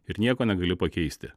ir nieko negali pakeisti